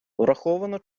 враховано